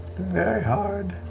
very hard.